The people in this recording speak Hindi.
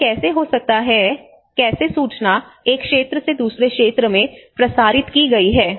यह कैसे हो सकता है कैसे सूचना एक क्षेत्र से दूसरे क्षेत्र में प्रसारित की गई है